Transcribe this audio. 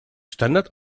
standard